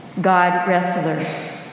God-wrestler